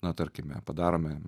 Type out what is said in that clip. na tarkime padarome